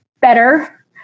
better